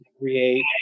create